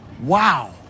Wow